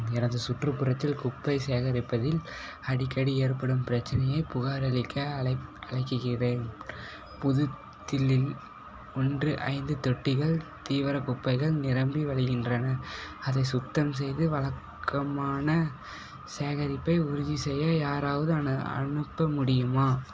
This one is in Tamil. எனது சுற்றுப்புறத்தில் குப்பை சேகரிப்பதில் அடிக்கடி ஏற்படும் பிரச்சனையைப் புகாரளிக்க அலைக் அலைக்கிறேன் புது தில்லியில் ஒன்று ஐந்து தொட்டிகள் தீவிர குப்பைகள் நிரம்பி வழிகின்றன அதை சுத்தம் செய்து வழக்கமான சேகரிப்பை உறுதிசெய்ய யாராவது அனு அனுப்ப முடியுமா